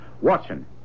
Watson